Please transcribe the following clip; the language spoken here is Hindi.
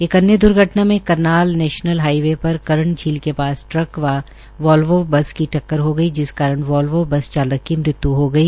एक अन्य दुर्घटना में करनाल नैशनल हाईवे पर कर्ण झील के पास ट्रक व वोल्वो बस की टक्कर हो गई जिस वोल्वो बस चालक की मृत्यु हो गई